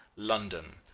london.